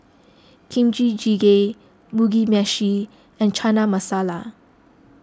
Kimchi Jjigae Mugi Meshi and Chana Masala